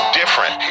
different